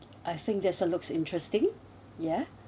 I think this one looks interesting yeah